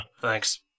thanks